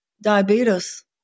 diabetes